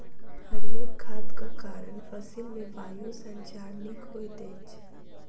हरीयर खादक कारण फसिल मे वायु संचार नीक होइत अछि